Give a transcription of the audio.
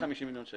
כ-50 מיליון שקל.